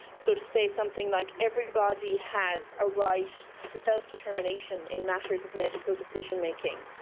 so to say something like everybody has a right to self-determination in matters of medical decision-making,